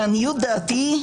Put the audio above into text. לעניות דעתי,